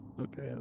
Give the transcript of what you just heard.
Okay